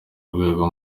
rwego